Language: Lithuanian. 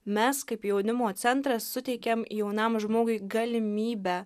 mes kaip jaunimo centras suteikiam jaunam žmogui galimybę